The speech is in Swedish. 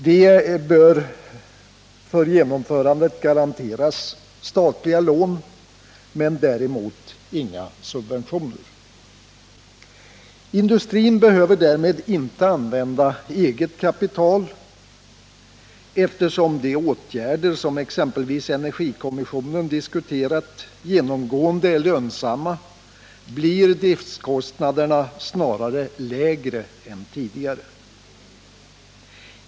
De bör för genomförandet garanteras statliga lån men däremot inga subventioner. Industrin behöver därmed inte använda eget kapital. Eftersom de åtgärder som exempelvis energikommissionen diskuterat genomgående är lönsamma, blir driftkostnaderna snarare lägre än tidigare.